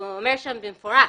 הוא אומר שם במפורש: